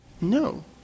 No